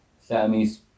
Sammy's